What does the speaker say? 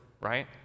right